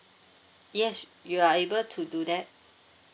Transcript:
yes you are able to do that